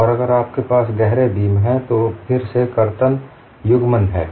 और अगर आपके पास गहरे बीम हैं तो फिर से कर्तन युग्मन है